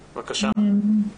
טוב, בוקר טוב, אני